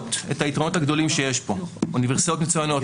ארוכות את היתרונות הגדולים שיש פה: אוניברסיטאות מצוינות,